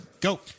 Go